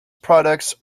products